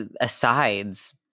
asides